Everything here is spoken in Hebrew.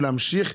ולהמשיך,